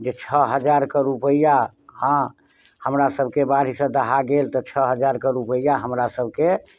जे छओ हजारके रुपैआ हँ हमरासभके बाढ़िसँ दहा गेल तऽ छओ हजारके रुपैआ हमरासभके